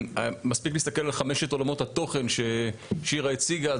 מספיק להסתכל על חמשת עולמות התוכן ששירה הציגה,